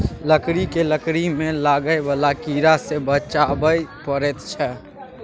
लकड़ी केँ लकड़ी मे लागय बला कीड़ा सँ बचाबय परैत छै